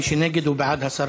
מי שנגד, הוא בעד הסרה.